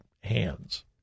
hands